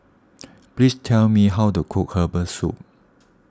please tell me how to cook Herbal Soup